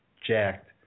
jacked